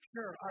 Sure